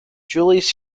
julius